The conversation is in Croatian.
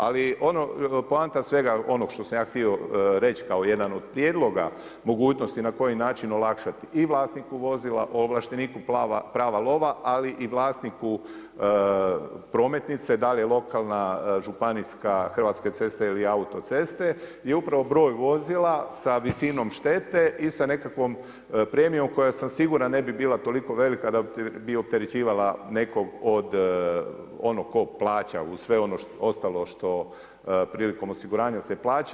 Ali poanta svega onoga što sam ja htio reći kao jedan od prijedloga mogućnosti na koji način olakšati i vlasniku vozila, o ovlašteniku prava lova, ali i vlasniku prometnice dal je lokalna, županijska, Hrvatske ceste ili autoceste i upravo broj vozila sa visinom štete i sa nekakvom premijom koja sam siguran ne bi bila toliko velika da bi opterećivala nekog od onog tko plaća uz sve ono ostalo što prilikom osiguranja se plaća.